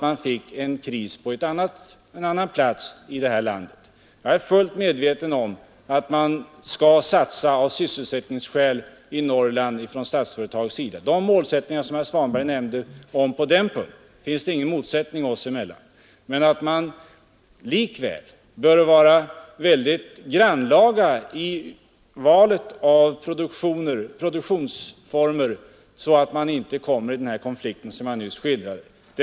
Jag är fullt medveten om att man från Statsföretags sida av sysselsättningsskäl ofta måste ta regionalpolitiska hänsyn. Beträffande de målsättningar som herr Svanberg nämnde på den punkten finns det inga motsättningar oss emellan. Men det är viktigt att man är grannlaga i valet av verksamhet, så att man inte kommer i den konflikt som jag nyss skildrade.